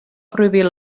prohibir